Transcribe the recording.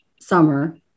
summer